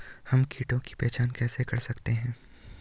हम कीटों की पहचान कैसे कर सकते हैं?